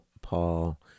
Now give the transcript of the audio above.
Paul